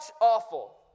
awful